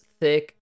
thick